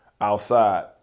outside